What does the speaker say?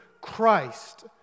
Christ